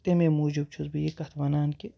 تَمے موٗجوٗب چھُس بہٕ یہِ کَتھ وَنان کہِ